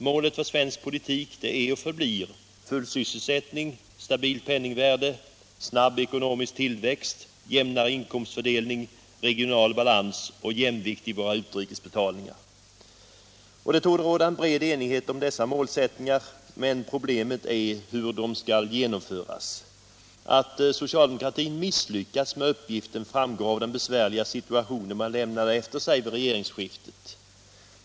Målet för svensk politik är och förblir full sysselsättning, stabilt penningvärde, snabb ekonomisk tillväxt, jämnare inkomstfördelning, re Allmänpolitisk debatt Allmänpolitisk debatt gional balans och jämvikt i våra utrikesbetalningar. Det torde råda en bred enighet om dessa målsättningar, men problemet är hur de skall kunna genomföras. Att socialdemokratin misslyckats med uppgiften framgår av den besvärliga situation man lämnade efter sig vid regeringsskiftet.